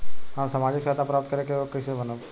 हम सामाजिक सहायता प्राप्त करे के योग्य कइसे बनब?